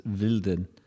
Wilden